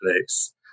place